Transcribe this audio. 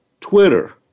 Twitter